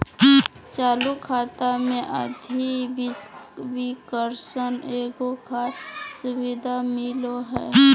चालू खाता मे अधिविकर्षण एगो खास सुविधा मिलो हय